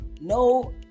No